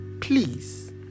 please